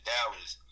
Dallas